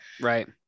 Right